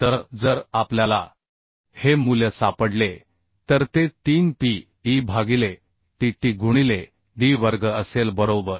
तर जर आपल्याला हे मूल्य सापडले तर ते 3 P E भागिले T T गुणिले D वर्ग असेल बरोबर